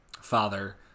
father